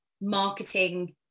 marketing